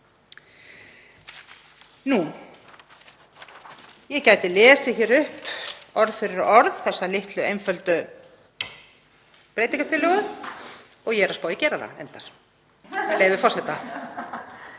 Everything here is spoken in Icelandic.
á. Ég gæti lesið hér upp orð fyrir orð þessa litlu einföldu breytingartillögu og ég er að spá í að gera það, með leyfi forseta: